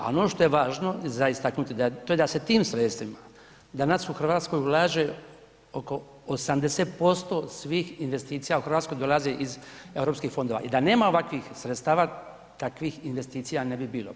A ono što je važno za istaknuti, to je da se tim sredstvima danas u Hrvatskoj ulaže oko 80% svih investicija u Hrvatskoj dolaze iz Europskih fondova i da nema ovakvih sredstava takvih investicija ne bi bilo.